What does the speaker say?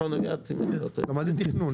מה זה "תכנון"?